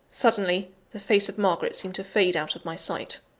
suddenly, the face of margaret seemed to fade out of my sight.